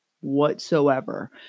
whatsoever